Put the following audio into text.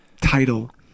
title